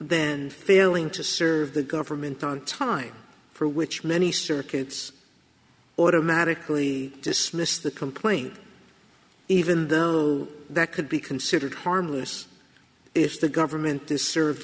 then feeling to serve the government on time for which many circuits automatically dismiss the complaint even there that could be considered harmless if the government is serve